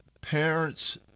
parents